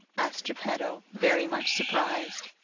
asked geppetto, very much surprised.